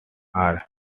are